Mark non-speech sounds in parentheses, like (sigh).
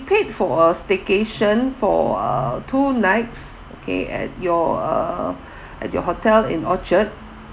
paid for a staycation for uh two nights okay at your uh (breath) at your hotel in orchard